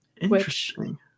Interesting